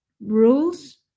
rules